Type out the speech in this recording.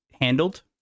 handled